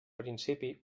principi